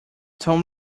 tom